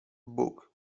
bóg